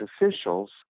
officials